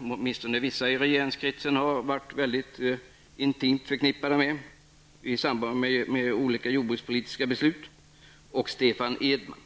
åtminstone vissa i regeringskretsen har varit intimt förknippade med i samband med olika jordbrukspolitiska beslut -- och Stefan Edman.